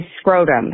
scrotum